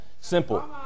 simple